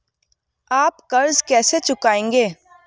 आप कर्ज कैसे चुकाएंगे?